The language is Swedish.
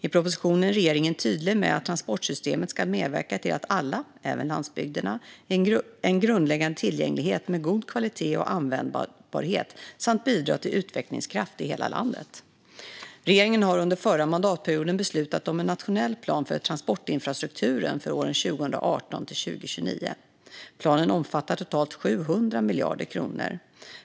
I propositionen är regeringen tydlig med att transportsystemet ska medverka till att ge alla, även landsbygderna, en grundläggande tillgänglighet med god kvalitet och användbarhet samt bidra till utvecklingskraft i hela landet. Regeringen har under förra mandatperioden beslutat om en nationell plan för transportinfrastrukturen för åren 2018-2029. Planen omfattar totalt 700 miljarder kronor.